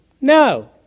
No